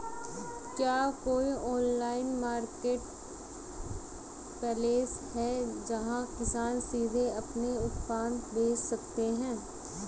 क्या कोई online marketplace है जहां किसान सीधे अपने उत्पाद बेच सकते हैं?